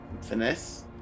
finesse